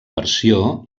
versió